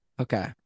Okay